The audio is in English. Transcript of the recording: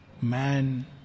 man